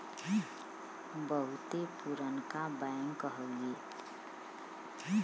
बहुते पुरनका बैंक हउए